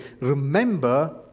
Remember